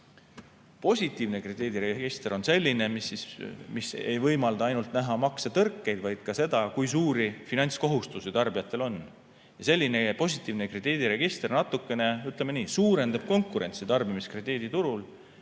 Positiivne krediidiregister on selline, mis ei võimalda ainult näha maksetõrkeid, vaid ka seda, kui suuri finantskohustusi tarbijatel on, ja selline positiivne krediidiregister natukene, ütleme nii, suurendab konkurentsi tarbimiskrediiditurul.